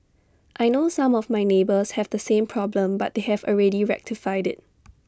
I know some of my neighbours have the same problem but they have already rectified IT